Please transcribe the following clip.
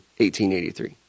1883